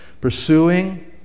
Pursuing